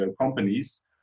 companies